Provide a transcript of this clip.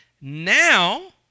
now